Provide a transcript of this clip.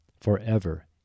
forever